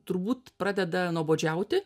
turbūt pradeda nuobodžiauti